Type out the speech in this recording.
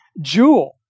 jewel